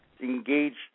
engaged